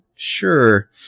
Sure